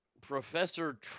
Professor